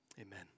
Amen